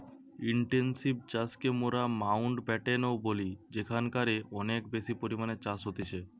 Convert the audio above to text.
intensive চাষকে মোরা Mountbatten ও বলি যেখানকারে অনেক বেশি পরিমাণে চাষ হতিছে